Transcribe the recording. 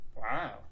wow